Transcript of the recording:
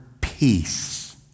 peace